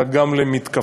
אלא גם למתקפה,